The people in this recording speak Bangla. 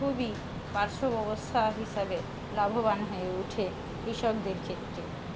খুবই পার্শ্ব ব্যবসা হিসাবে লাভবান হয়ে উঠে কৃষকদের ক্ষেত্রে